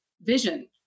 vision